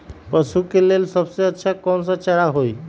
पशु के लेल सबसे अच्छा कौन सा चारा होई?